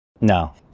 No